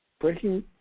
Breaking